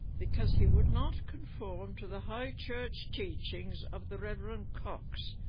because he would not conform to the high church teachings of the reverend cox,